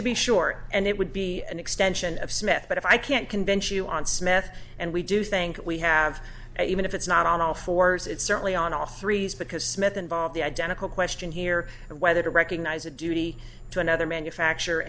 to be short and it would be an extension of smith but if i can't convince you on smith and we do think we have even if it's not on all fours it's certainly on all three because smith involved the identical question here of whether to recognize a duty to another manufacture